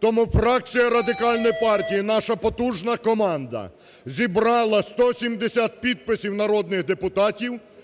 Тому фракція Радикальної партії, наша потужна команда зібрала 170 підписів народних депутатів